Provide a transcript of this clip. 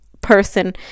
person